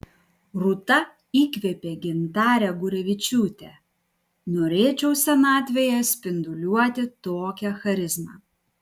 rūta įkvėpė gintarę gurevičiūtę norėčiau senatvėje spinduliuoti tokia charizma